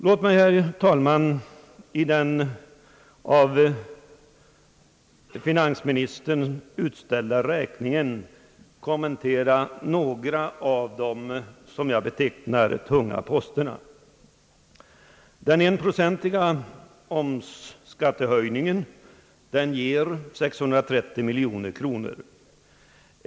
Låt mig, herr talman, kommentera några av de enligt min mening tunga posterna i den av finansministern utställda räkningen. Den enprocentiga höjningen av omsättningsskatten : ger 630 miljoner kronor.